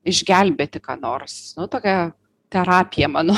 išgelbėti ką nors nu tokia terapija mano